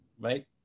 right